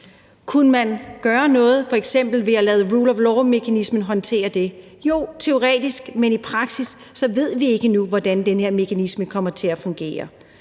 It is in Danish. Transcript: Kunne man gøre noget, f.eks. ved at lade rule of law-mekanismen håndtere det? Jo, teoretisk, men i praksis ved vi ikke endnu, hvordan den her mekanisme kommer til at fungere.